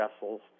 vessels